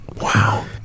Wow